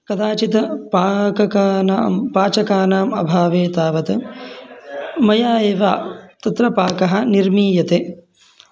कदाचित् पाचकानां पाचकानाम् अभावे तावत् मया एव तत्र पाकः निर्मीयते